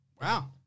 Wow